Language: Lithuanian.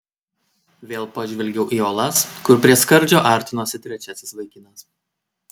vėl pažvelgiau į uolas kur prie skardžio artinosi trečiasis vaikinas